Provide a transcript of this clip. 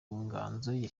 inganzo